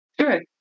Sure